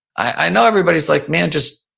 i know everybody's like, man, just